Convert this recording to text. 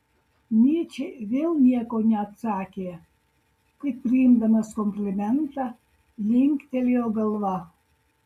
nyčė vėl nieko neatsakė tik priimdamas komplimentą linktelėjo galva